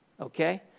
Okay